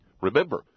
Remember